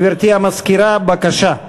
גברתי המזכירה, בבקשה.